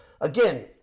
Again